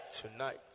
Tonight